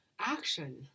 action